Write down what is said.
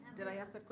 did i ask that